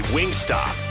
Wingstop